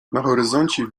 horyzoncie